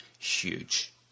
Huge